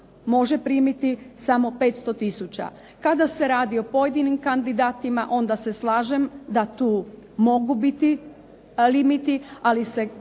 može primiti samo 500000. Kada se radi o pojedinim kandidatima onda se slažem da tu mogu biti limiti, ali